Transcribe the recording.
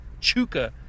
Chuka